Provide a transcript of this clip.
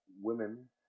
women